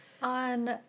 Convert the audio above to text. On